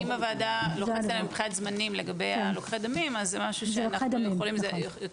אם הוועדה לוחצת מבחינת זמנים לגבי לוקחי דמים זה יותר פשוט